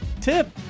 tip